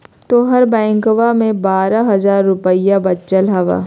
तोहर बैंकवा मे बारह हज़ार रूपयवा वचल हवब